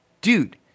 dude